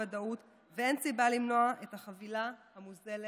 הוודאות ואין סיבה למנוע את החבילה המוזלת